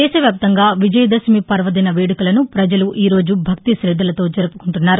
దేశ వ్యాప్తంగా విజయ దశమి పర్వదిన వేడుకలను పజలు ఈరోజు భక్తి శద్ధలతో జరుపుకుంటున్నారు